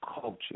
culture